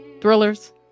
thrillers